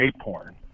porn